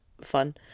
fun